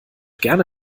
gerne